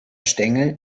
stängel